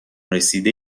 رسیده